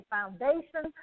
Foundation